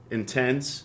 intense